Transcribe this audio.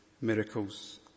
miracles